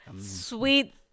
Sweet